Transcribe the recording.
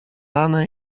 ranę